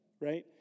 right